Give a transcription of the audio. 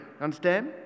understand